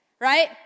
right